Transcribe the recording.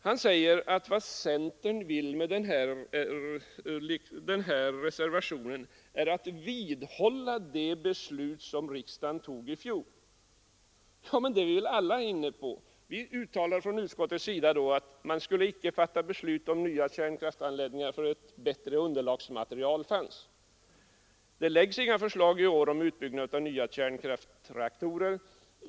Han säger ju att vad centern vill med den här reservationen är att riksdagen skall vidhålla det beslut som den fattade i fjol — men det är vi väl alla inne på. Utskottet uttalade ju förra året att riksdagen icke skulle fatta beslut om nya kärnkraftsanläggningar förrän ett bättre underlagsmaterial fanns, och det läggs inte fram några förslag om byggande av nya kärnreaktorer i år.